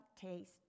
taste